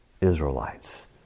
Israelites